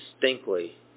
distinctly